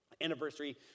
anniversary